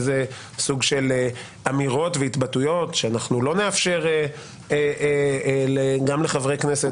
איזה סוג של אמירות והתבטאויות שאנחנו לא נאפשר גם לחברי כנסת,